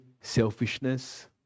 selfishness